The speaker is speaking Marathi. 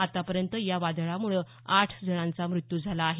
आतापर्यंत यावादळामुळे आठ जणांचा मृत्यु झाला आहे